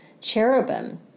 cherubim